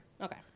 Okay